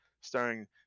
starring